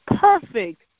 perfect